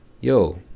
yo